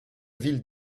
ville